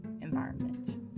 environment